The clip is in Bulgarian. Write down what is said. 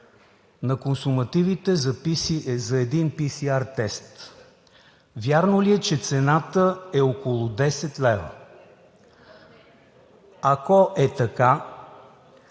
на консумативите за един PCR тест? Вярно ли е, че цената е около 10 лв.? Ако е така,